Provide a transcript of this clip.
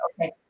okay